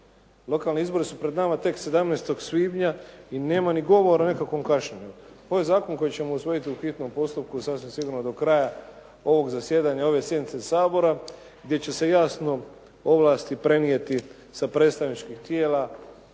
Lokalni izbori su pred nama tek 17. svibnja i nema ni govora o nekakvom kašnjenju. Ovo je zakon kojeg ćemo usvojiti u hitnom postupku sasvim sigurno do kraja zasjedanja i ove sjednice Sabora gdje će se jasno ovlasti prenijeti sa predstavničkih tijela